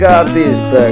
artist